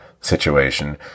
situation